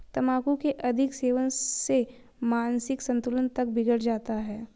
तंबाकू के अधिक सेवन से मानसिक संतुलन तक बिगड़ जाता है